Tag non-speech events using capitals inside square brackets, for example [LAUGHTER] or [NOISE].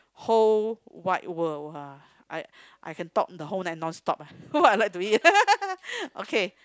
whole wide world !wah! I I can talk the whole night non stop ah [LAUGHS] what I like to eat [LAUGHS] okay